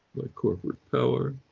like corporate power,